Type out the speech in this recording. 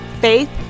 faith